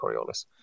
Coriolis